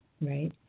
right